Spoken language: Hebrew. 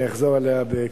אני אחזור על התשובה בקצרה.